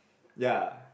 ya